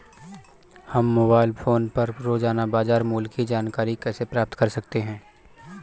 हम mobile phone पर रोजाना बाजार मूल्य की जानकारी कैसे प्राप्त कर सकते हैं?